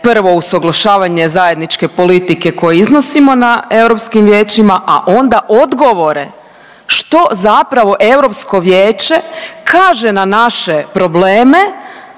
prvo usuglašavanje zajedničke politike koju iznosimo na europskim vijećima, a onda odgovore što zapravo EV kaže na naše probleme